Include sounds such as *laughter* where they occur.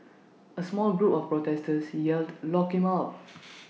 A small group of protesters yelled lock him up *noise*